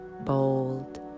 bold